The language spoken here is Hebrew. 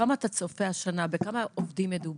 כמה אתה צופה השנה, בכמה עובדים מדובר?